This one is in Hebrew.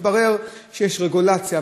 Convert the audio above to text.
התברר שיש רגולציה,